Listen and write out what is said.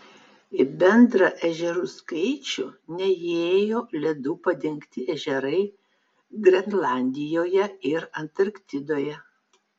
į bendrą ežerų skaičių neįėjo ledu padengti ežerai grenlandijoje ir antarktidoje